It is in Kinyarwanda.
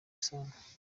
sana